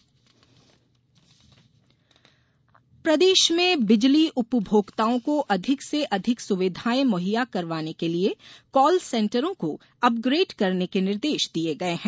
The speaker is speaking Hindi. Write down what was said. काल सेन्टर प्रदेश में बिजली उपभोक्ताओं को अधिक से अधिक सुविधाएं मुहैया करवाने के लिये काल सेन्टरों को अपग्रेड करने के निर्देश दिये गये है